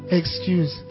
excuse